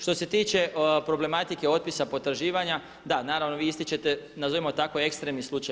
Što se tiče problematike otpisa potraživanja, da naravno vi ističete, nazovimo tako ekstremni slučaj.